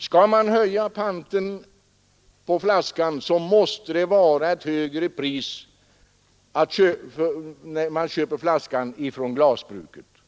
Skall man höja panten på flaskan, måste också priset på flaskan vid köp från glasbruket höjas.